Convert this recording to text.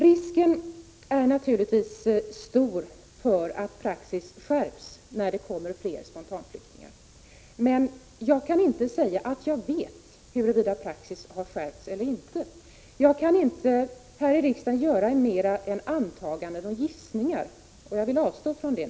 Risken är naturligtvis stor att praxis skärps när det kommer fler spontanflyktingar, men jag kan inte säga att jag vet huruvida praxis har skärpts eller inte. Jag kan här i riksdagen inte göra annat än framföra antaganden och gissningar, och jag vill avstå från det.